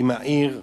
עם העיר.